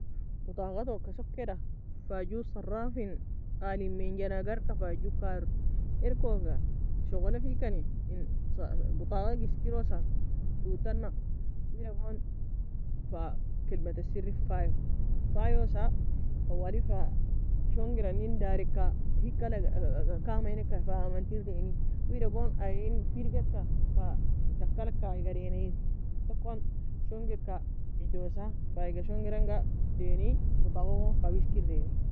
بطاقة touka sokeda fa go صراف الي en agarka kar elkoga shogola fekani en بطاقة ga eskirosa tou tana wida gon fa كلمة السر fayir fayousa twali shongir any dari ka hika algei ka كام enka fa amntiae dani wida gon ayen firgika fa tak alag ka ayga daenae eal. Takon fa shongir anga fa daeni بطاقة goon fa weskir daeni